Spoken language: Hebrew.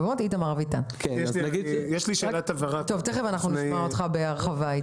תכף נשמע אותך בהרחבה.